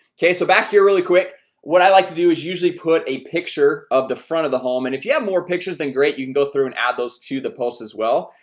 okay, so back here really quick what i like to do is usually put a picture of the front of the home and if you have more pictures than great you can go through and add those to the post as well,